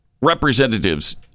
representatives